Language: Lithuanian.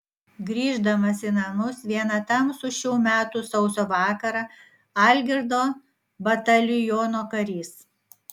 grįždamas į namus vieną tamsų šių metų sausio vakarą algirdo bataliono karys